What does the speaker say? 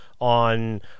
on